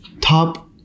top